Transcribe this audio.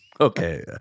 Okay